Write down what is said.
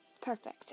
Perfect